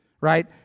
right